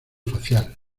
facial